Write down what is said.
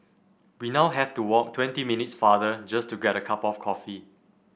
we now have to walk twenty minutes farther just to get a cup of coffee